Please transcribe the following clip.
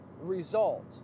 result